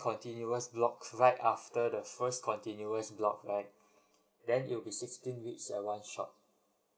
continuous blocks right after the first continuous block right then it will be sixteen weeks at one shot